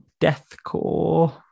deathcore